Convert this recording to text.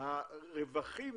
הרווחים